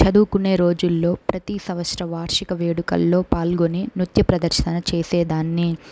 చదువుకునే రోజుల్లో ప్రతీ సంవత్సర వార్షిక వేడుకల్లో పాల్గొని నృత్య ప్రదర్శనలు చేసేదాన్ని